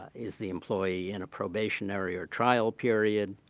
is the employee in a probationary or trial period,